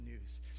news